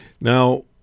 Now